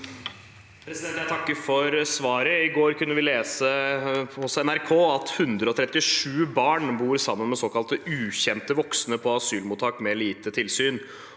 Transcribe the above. Jeg takker for svaret. I går kunne vi lese på NRK at 137 barn bor sammen med såkalt ukjente voksne på asylmottak med lite tilsyn.